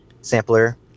sampler